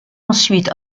ensuite